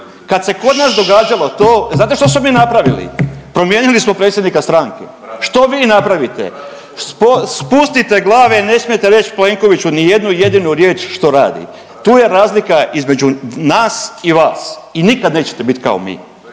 kad se kod nas događalo to znate što smo mi napravili, promijenili smo predsjednika stranke. Što vi napravite? Spustite glave i ne smijete reć Plenkoviću nijednu jedinu riječ što radi, tu je razlika između nas i vas i nikad nećete bit kao mi,